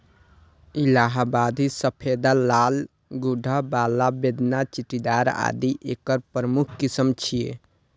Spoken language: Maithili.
इलाहाबादी सफेदा, लाल गूद्दा बला, बेदाना, चित्तीदार आदि एकर प्रमुख किस्म छियै